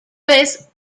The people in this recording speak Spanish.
vez